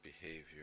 behavior